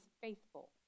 faithful